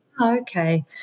okay